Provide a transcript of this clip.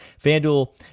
FanDuel